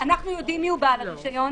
אנחנו יודעים מיהו בעל הרשיון.